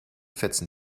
fetzen